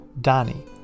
danny